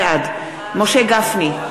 בעד משה גפני,